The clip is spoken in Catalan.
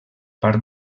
part